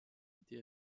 été